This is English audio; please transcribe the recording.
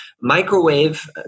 microwave